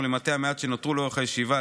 ולמתי המעט שנותרו לאורך הישיבה,